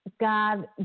God